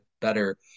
better